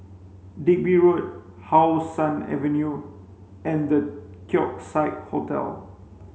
Digby Road How Sun Avenue and Keong Saik Hotel